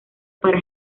para